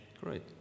Great